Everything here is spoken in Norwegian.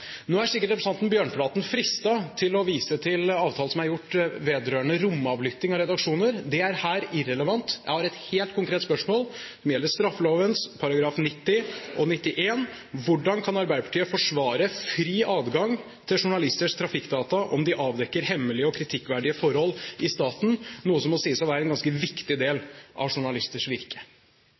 Nå er sikkert representanten Bjørnflaten fristet til å vise til avtalen som er gjort vedrørende romavlytting av redaksjoner. Det er irrelevant her. Jeg har et helt konkret spørsmål som gjelder straffeloven §§ 90 og 91: Hvordan kan Arbeiderpartiet forsvare fri adgang til journalisters trafikkdata om de avdekker hemmelige og kritikkverdige forhold i staten, noe som må sies å være en ganske viktig del av journalisters virke?